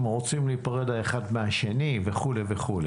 רוצים להיפרד אחד מהשני וכו' וכו'.